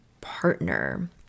partner